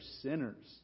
sinners